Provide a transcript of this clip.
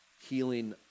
healing